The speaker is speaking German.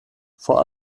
vor